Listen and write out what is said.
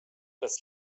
das